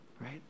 right